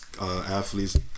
athletes